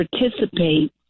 participate